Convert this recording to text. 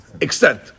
extent